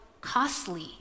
costly